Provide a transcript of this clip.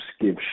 give